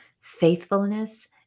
faithfulness